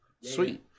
Sweet